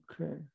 Okay